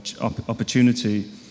opportunity